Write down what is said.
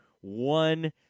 one